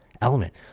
element